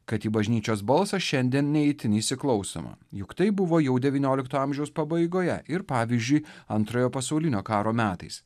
kad į bažnyčios balsą šiandien ne itin įsiklausoma juk taip buvo jau devyniolikto amžiaus pabaigoje ir pavyzdžiui antrojo pasaulinio karo metais